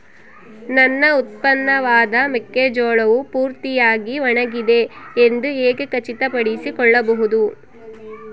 ನನ್ನ ಉತ್ಪನ್ನವಾದ ಮೆಕ್ಕೆಜೋಳವು ಪೂರ್ತಿಯಾಗಿ ಒಣಗಿದೆ ಎಂದು ಹೇಗೆ ಖಚಿತಪಡಿಸಿಕೊಳ್ಳಬಹುದು?